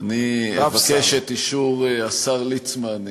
אני אבקש את אישור השר ליצמן,